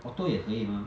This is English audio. auto 也可以 mah